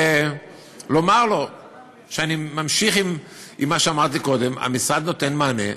ולומר לו שאני ממשיך עם מה שאמרתי קודם: המשרד נותן מענה.